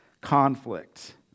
conflict